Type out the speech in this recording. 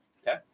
okay